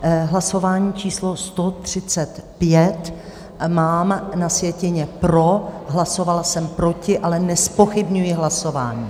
V hlasování číslo 135 mám na sjetině pro, hlasovala jsem proti, ale nezpochybňuji hlasování.